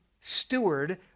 steward